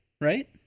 right